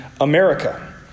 America